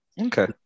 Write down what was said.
Okay